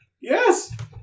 Yes